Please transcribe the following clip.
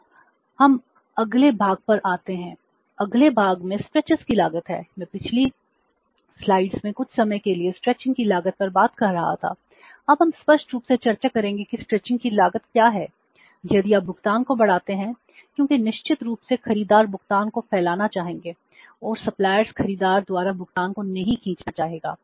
अब हम अगले भाग पर आते हैं अगले भाग में स्ट्रेचखरीदार द्वारा भुगतान को नहीं खींचना चाहेगा